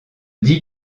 dis